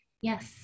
Yes